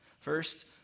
First